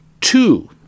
two